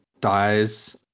dies